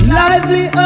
lively